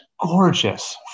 gorgeous